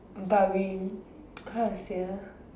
but we how you say ah